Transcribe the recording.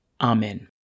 Amen